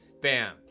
Bam